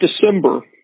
December